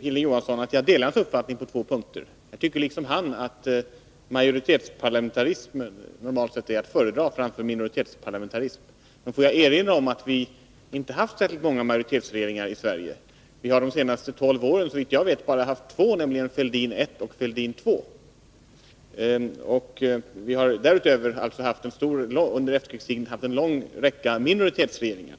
Hilding Johansson att jag delar hans uppfattning på två punkter. Jag tycker liksom han att majoritetsparlamentarism normalt är att föredra framför minoritetsparlamentarism. Men får jag erinra om att vi inte har haft särskilt många majoritetsregeringar i Sverige. Under de senaste tolv åren har vi, såvitt jag vet, bara haft två, nämligen Fälldin 1 och Fälldin 2. Vi har därutöver under efterkrigstiden haft en lång räcka minoritetsregeringar.